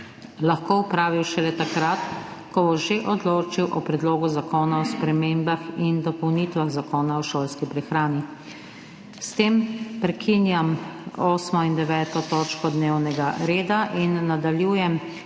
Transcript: šoli opravil šele takrat, ko bo že odločil o Predlogu zakona o spremembah in dopolnitvah Zakona o šolski prehrani. S tem prekinjam 8. in 9. točko dnevnega reda. Nadaljujemo